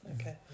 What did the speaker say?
okay